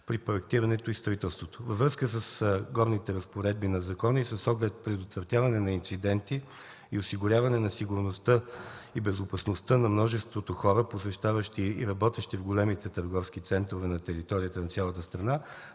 при проектирането и строителството. Във връзка с горните разпоредби на закона и с оглед предотвратяване на инциденти и осигуряване на сигурността и безопасността на множеството хора, посещаващи и работещи в големите търговски центрове на територията на цялата страна,